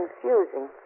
confusing